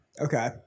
Okay